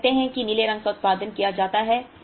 हम कहते हैं कि नीले रंग का उत्पादन किया जाता है